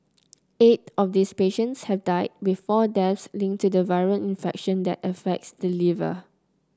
eight of these patients have died with four deaths linked to the viral infection that affects the liver